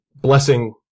blessing